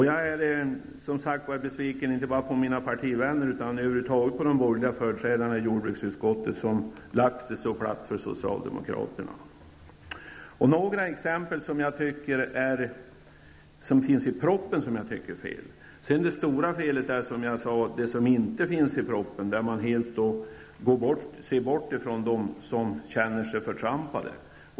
Jag är besviken inte bara på mina partivänner, utan över huvud taget på de borgerliga företrädarna i jordbruksutskottet som lagt sig så platt för socialdemokraterna. Det finns flera exempel i propositionen på vad jag tycker är fel. Det stora felet är, som jag sade, det som inte finns med i propositionen där man helt bortser ifrån dem som känner sig förtrampade.